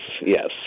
yes